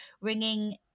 ringing